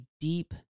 deep